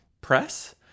press